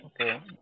Okay